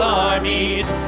armies